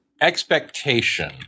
expectation